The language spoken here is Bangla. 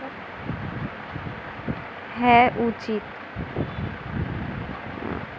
বন সংরক্ষণ করতে গেলে আমাদের আরও গাছ লাগানো উচিত